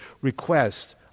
request